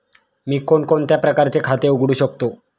मी कोणकोणत्या प्रकारचे खाते उघडू शकतो?